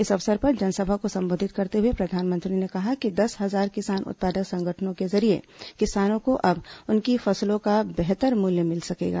इस अवसर पर जनसभा को संबोधित करते हुए प्रधानमंत्री ने कहा कि दस हजार किसान उत्पादक संगठनों के जरिए किसानों को अब उनकी फसलों का बेहतर मूल्य मिल सकेगा